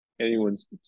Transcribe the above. anyone's